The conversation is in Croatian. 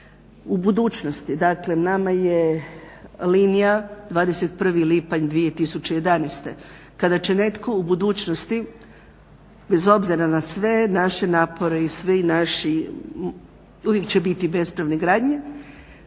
U budućnosti, dakle nama je linija 21. lipanj 2011. Kada će netko u budućnosti bez obzira na sve naše napore i svi naši, uvijek će biti bespravne gradnje